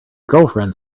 girlfriend